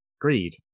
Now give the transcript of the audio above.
greed